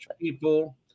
people